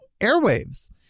airwaves